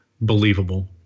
believable